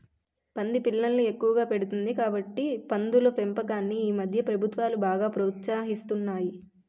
పంది పిల్లల్ని ఎక్కువగా పెడుతుంది కాబట్టి పందుల పెంపకాన్ని ఈమధ్య ప్రభుత్వాలు బాగా ప్రోత్సహిస్తున్నాయి